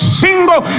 single